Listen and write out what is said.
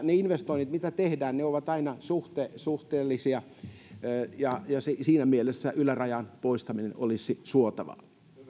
ne investoinnit mitä tehdään ovat aina suhteellisia ja siinä mielessä ylärajan poistaminen olisi suotavaa